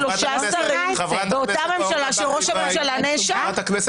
שלושה שרים באותה ממשלה שראש הממשלה נאשם,